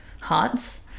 hearts